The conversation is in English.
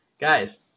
Guys